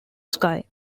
sky